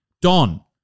Don